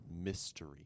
mystery